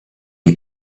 you